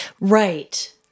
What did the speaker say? Right